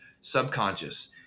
subconscious